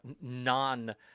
non-